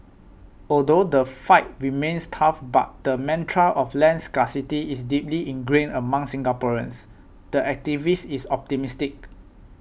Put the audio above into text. although the fight remains tough because the mantra of land scarcity is deeply ingrained among Singaporeans the activist is optimistic